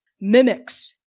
mimics